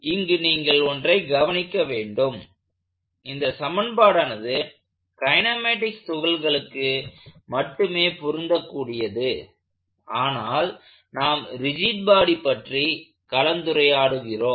இங்கு நீங்கள் ஒன்றை கவனிக்க வேண்டும் இந்த சமன்பாடானது கைனெமேட்டிக்ஸ் துகள்களுக்கு மட்டுமே பொருந்தக்கூடியது ஆனால் நாம் ரிஜிட் பாடி பற்றி கலந்துரையாடுகிறோம்